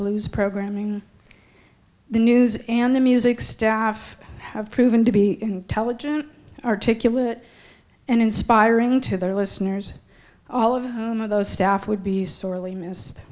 blues programming the news and the music staff have proven to be intelligent articulate and inspiring to their listeners all of those staff would be sorely missed